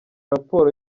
raporo